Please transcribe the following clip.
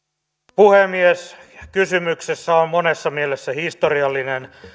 puhemies kysymyksessä on monessa mielessä historiallinen